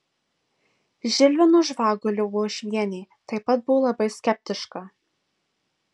žilvino žvagulio uošvienė taip pat buvo labai skeptiška